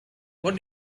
what